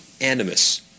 animus